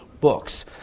books